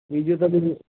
બીજું તો બીજું